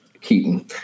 Keaton